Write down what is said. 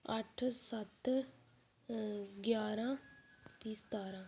अट्ठ सत्त ञारां ते सतारां